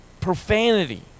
profanity